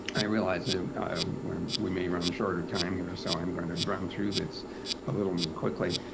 i realize and that we may run short of time here, so i'm going to and run through this a little quickly.